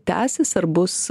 tęsis ar bus